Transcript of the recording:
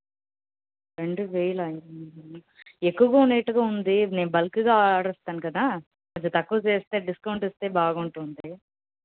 రెండు వేలా ఎక్కువగా ఉన్నట్టు ఉంది నేను బల్క్గా ఆర్డర్ ఇస్తాను కదా కొంచెం తక్కువ చేస్తే డిస్కౌంట్ ఇస్తే బాగుంటుంది